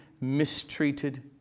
mistreated